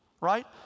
Right